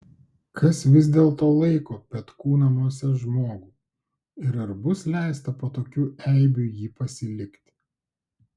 kas gi vis dėlto laiko petkų namuose žmogų ir ar bus leista po tokių eibių jį pasilikti